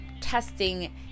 testing